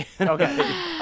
Okay